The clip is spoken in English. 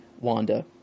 Wanda